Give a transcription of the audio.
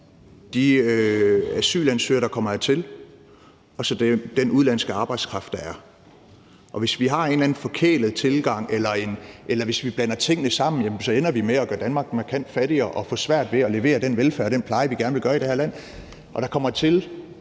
de asylansøgere, der kommer hertil, og så den udenlandske arbejdskraft, der er. Hvis vi har en eller anden forkælet tilgang, eller hvis vi blander tingene sammen, så ender vi med at gøre Danmark markant fattigere og få svært ved at levere den velfærd og den pleje, vi gerne vil levere i det her land. Der kommer i